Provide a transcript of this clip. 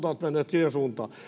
ovat menneet siihen suuntaan